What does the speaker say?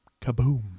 kaboom